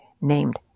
named